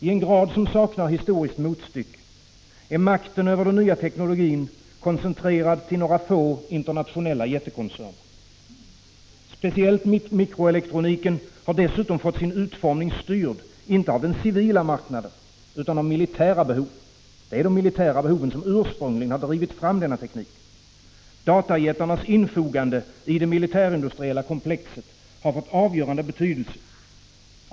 I en grad som saknar historiskt motstycke är makten över den nya teknologin koncentrerad till några få internationella jättekoncerner. Speciellt mikroelektroniken har dessutom fått sin utformning styrd inte av den civila marknaden utan av militära behov. Det är de militära behoven som ursprungligen har drivit fram denna teknik. Datajät 64 tarnas infogande i det nmiilitärindustriella komplexet har fått avgörande betydelse.